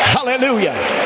Hallelujah